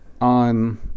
on